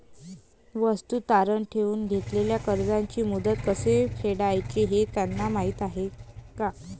वस्तू तारण ठेवून घेतलेल्या कर्जाचे मुद्दल कसे फेडायचे हे त्यांना माहीत आहे का?